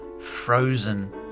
frozen